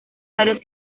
varios